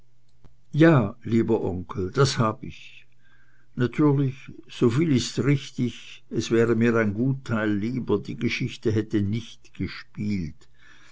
ja lieber onkel das hab ich natürlich soviel ist richtig es wäre mir ein gut teil lieber die geschichte hätte nicht gespielt